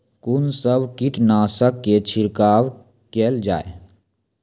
कून सब कीटनासक के छिड़काव केल जाय?